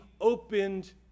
opened